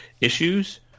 issues